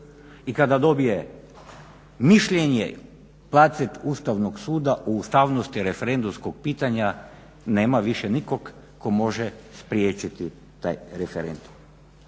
i kada dobije mišljenje … Ustavnog suda o ustavnosti referendumskog pitanja nema više nikog tko može spriječiti taj referendum.